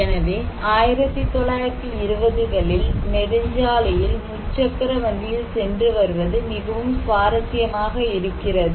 எனவே 1920 களில் நெடுஞ்சாலையில் முச்சக்கர வண்டியில் சென்று வருவது மிகவும் சுவாரஸ்யமாக இருக்கிறது